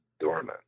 dormant